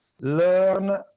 learn